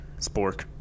Spork